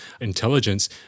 intelligence